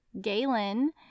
Galen